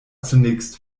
zunächst